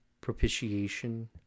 propitiation